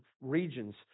regions